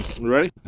Ready